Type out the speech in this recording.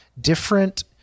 different